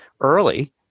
early